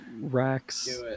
racks